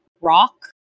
rock